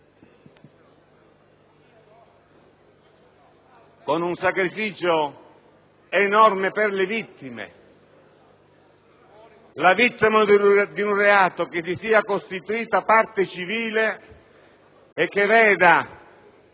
con un sacrificio enorme per le vittime. La vittima di un reato che si sia costituita parte civile e che veda